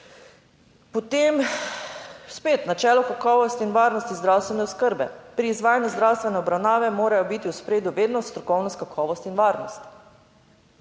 Potem spet načelo kakovosti in varnosti zdravstvene oskrbe: pri izvajanju zdravstvene obravnave morajo biti v ospredju vedno strokovnost, kakovost in varnost.